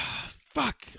fuck